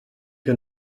que